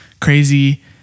crazy